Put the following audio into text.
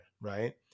Right